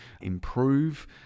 improve